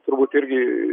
turbūt irgi